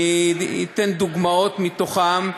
ואני אתן דוגמאות מהם: